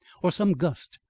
or some gust,